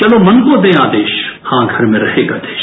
चलो मन को देश आदेश हां घर में रहेगा देश